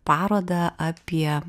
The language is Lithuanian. parodą apie